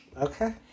Okay